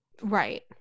Right